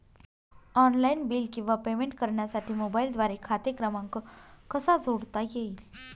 Online bill किंवा payment करण्यासाठी मोबाईलद्वारे खाते क्रमांक कसा जोडता येईल?